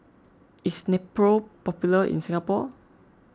is Nepro popular in Singapore